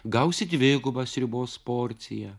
gausi dvigubą sriubos porciją